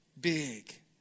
Big